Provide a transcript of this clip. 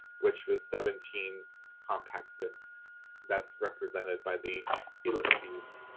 which was seventeen compact discs. so that's represented by the ellipses.